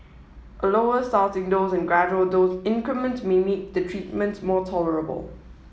a lower starting dose and gradual dose increment may meet the treatment more tolerable